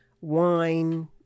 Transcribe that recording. wine